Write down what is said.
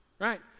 Right